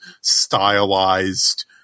stylized